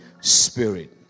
Spirit